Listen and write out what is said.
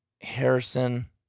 Harrison